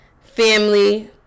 family